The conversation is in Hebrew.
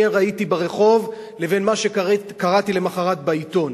ראיתי ברחוב לבין מה שקראתי למחרת בעיתון,